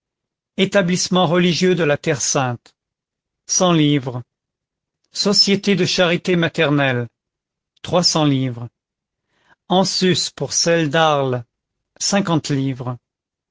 établissements religieux de la terre-sainte cent livres sociétés de charité maternelle trois cents livres en sus pour celle d'arles cinquante livres